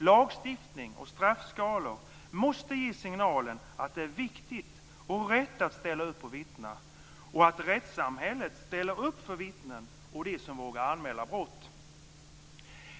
Lagstiftning och straffskalor måste ge signalen att det är viktigt och rätt att ställa upp och vittna, och att rättssamhället ställer upp för vittnen och för dem som vågar anmäla brott.